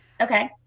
Okay